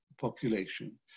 population